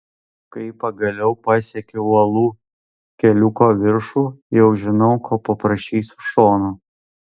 kai pagaliau pasiekiu uolų keliuko viršų jau žinau ko paprašysiu šono